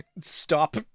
stop